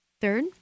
Third